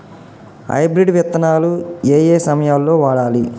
Hybrid విత్తనాలు ఏయే సమయాల్లో వాడాలి?